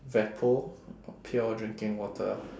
vepo pure drinking water